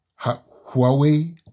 Huawei